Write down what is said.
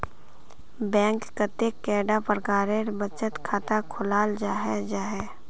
Bank कतेक कैडा प्रकारेर बचत खाता खोलाल जाहा जाहा?